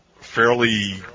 fairly